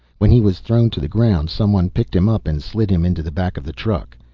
when he was thrown to the ground, someone picked him up and slid him into the back of the truck.